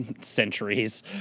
centuries